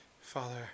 Father